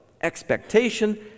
expectation